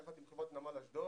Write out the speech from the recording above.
יחד עם חברת נמל אשדוד,